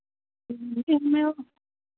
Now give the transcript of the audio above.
मैं और